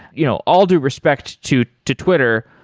you know all due respect to to twitter,